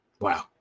Wow